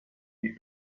die